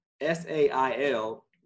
S-A-I-L